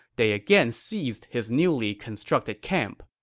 they again seized his newly constructed camp.